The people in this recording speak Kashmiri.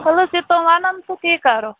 وَلہٕ حظ یہِ تِم وَنَن تہٕ تی کَرو